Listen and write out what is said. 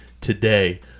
today